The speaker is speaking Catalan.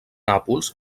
nàpols